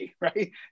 Right